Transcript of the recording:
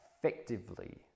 effectively